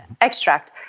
extract